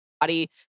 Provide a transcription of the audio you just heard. body